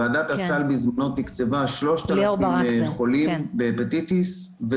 ועדת הסל בזמנו תקצבה 3,000 חולים בהפטיטיס C,